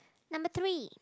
number three